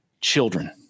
children